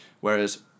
Whereas